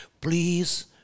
please